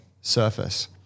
surface